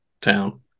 town